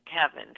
kevin